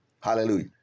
Hallelujah